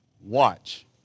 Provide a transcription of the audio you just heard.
watch